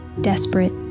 desperate